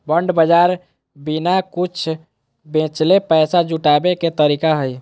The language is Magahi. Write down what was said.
बॉन्ड बाज़ार बिना कुछ बेचले पैसा जुटाबे के तरीका हइ